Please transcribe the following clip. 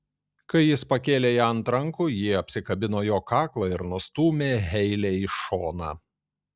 kai jis pakėlė ją ant rankų ji apsikabino jo kaklą ir nustūmė heilę į šoną